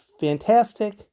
fantastic